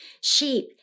Sheep